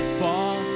fall